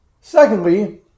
secondly